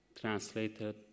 translated